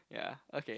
ya okay